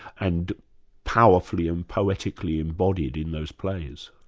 and powerfully and poetically embodied in those plays?